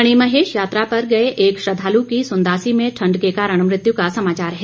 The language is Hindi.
मणिमहेश यात्रा पर गए एक श्रद्धालु की सुंदासी में ठंड के कारण मृत्यु का समाचार है